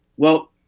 well,